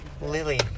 Lily